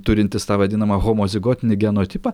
turintis tą vadinamą homozigotinį genotipą